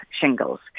shingles